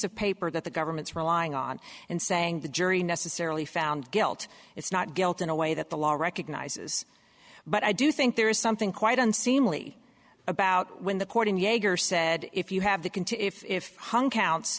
of paper that the government's relying on and saying the jury necessarily found guilt it's not guilt in a way that the law recognizes but i do think there is something quite unseemly about when the court and yegor said if you have the can to if hung counts